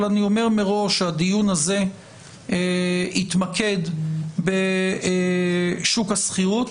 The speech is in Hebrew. אבל אני אומר מראש שהדיון הזה יתמקד בשוק השכירות,